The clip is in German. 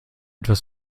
etwas